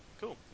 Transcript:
cool